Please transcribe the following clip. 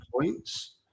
points